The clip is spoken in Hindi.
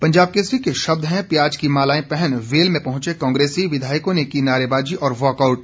पंजाब केसरी के शब्द हैं प्याज की मालाएं पहन वेल में पहुंचे कांग्रेसी विधायकों ने की नारेबाजी ओर वाकआउट